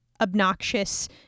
obnoxious